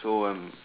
so I'm not